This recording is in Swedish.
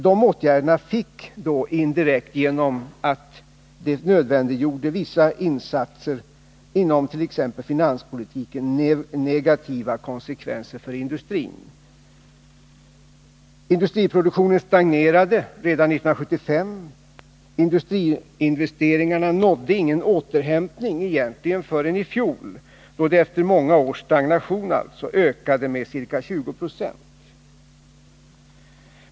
De åtgärderna fick indirekt, genom att de nödvändiggjorde vissa insatser inom t.ex. finanspolitiken, negativa konsekvenser för industrin. Industriproduktionen stagnerade redan 1975. Industriinvesteringarna nådde egentligen ingen återhämtning förrän i fjol, då de efter många års stagnation ökade med ca 20 9c.